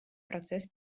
процесс